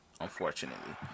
Unfortunately